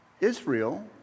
Israel